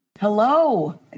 Hello